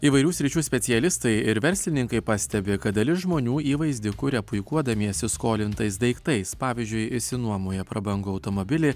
įvairių sričių specialistai ir verslininkai pastebi kad dalis žmonių įvaizdį kuria puikuodamiesi skolintais daiktais pavyzdžiui išsinuomoja prabangų automobilį